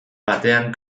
batean